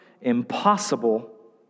impossible